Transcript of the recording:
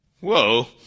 whoa